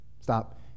stop